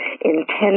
intense